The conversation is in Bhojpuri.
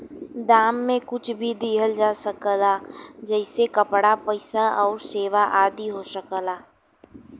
दान में कुछ भी दिहल जा सकला जइसे कपड़ा, पइसा आउर सेवा आदि हो सकला